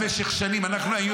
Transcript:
במשך שנים אנחנו היו